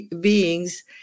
beings